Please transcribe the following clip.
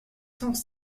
cents